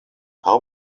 how